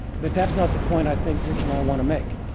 but that's not the point i think rich and i want to make.